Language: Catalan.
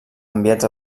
enviats